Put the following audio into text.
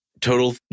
total